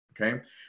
Okay